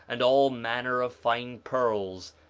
and all manner of fine pearls,